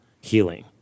healing